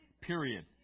Period